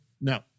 No